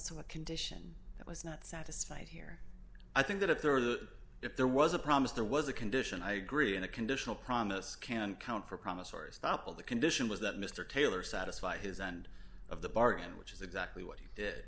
a condition that was not satisfied here i think that if there were the if there was a promise there was a condition i agree and a conditional promise can count for promissory estoppel the condition was that mr taylor satisfy his end of the bargain which is exactly what he did